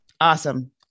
awesome